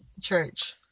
church